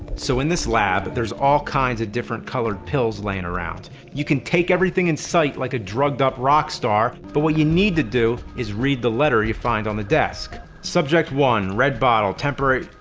so in this lab, there's all kinds of different colored pills laying around. you can take everything in sight like a drugged up rock star. but what you need to do is read the letter you find on the desk. subject one red bottle, temporary.